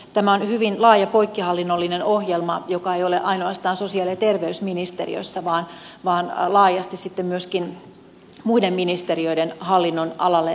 tämä on hyvin laaja poikkihallinnollinen ohjelma joka ei ole ainoastaan sosiaali ja terveysministeriössä vaan laajasti sitten myöskin muiden ministeriöiden hallinnonalalle menevä